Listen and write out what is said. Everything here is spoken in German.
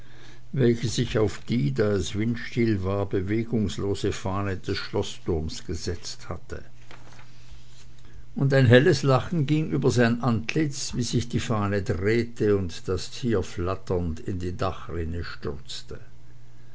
welche sich auf die da es windstill war bewegungslose fahne des schloßturms gesetzt hatte und ein helles lachen ging über sein antlitz wie sich die fahne drehte und das tier flatternd in die dachrinne stürzte